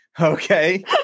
okay